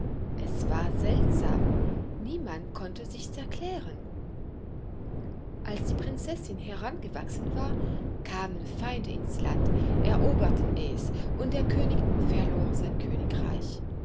es war seltsam niemand konnte sich's erklären als die prinzessin herangewachsen war kamen feinde ins land eroberten es und der könig verlor sein königreich